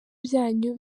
byanyu